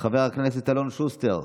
חבר הכנסת אלון שוסטר,